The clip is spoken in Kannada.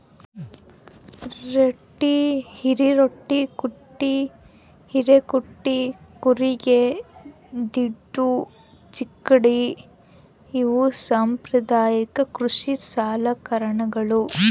ರಂಟೆ ಹಿರೆರಂಟೆಕುಂಟೆ ಹಿರೇಕುಂಟೆ ಕೂರಿಗೆ ದಿಂಡು ಚಕ್ಕಡಿ ಇವು ಸಾಂಪ್ರದಾಯಿಕ ಕೃಷಿ ಸಲಕರಣೆಗಳು